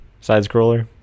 side-scroller